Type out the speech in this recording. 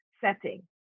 Setting